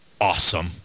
awesome